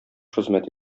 хезмәт